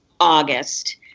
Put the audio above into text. August